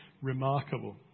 remarkable